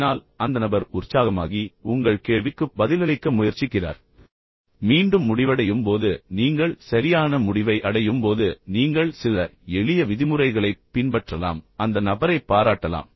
இதனால் அந்த நபர் உற்சாகமாகி பின்னர் உங்கள் கேள்விக்கு பதிலளிக்க முயற்சிக்கிறார் பின்னர் மீண்டும் முடிவடையும் போது நீங்கள் சரியான முடிவை அடையும் போது நீங்கள் சில எளிய விதிமுறைகளைப் பின்பற்றலாம் அந்த நபரைப் பாராட்டலாம்